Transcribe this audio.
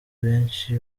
benshi